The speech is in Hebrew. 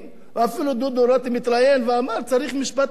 ואפילו דודו רותם התראיין ואמר שצריך משפט בזק,